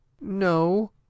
No